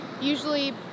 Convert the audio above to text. usually